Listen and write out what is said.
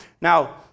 Now